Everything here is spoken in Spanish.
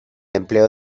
empleo